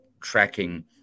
tracking